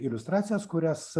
iliustracijas kurias